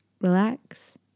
relax